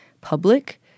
public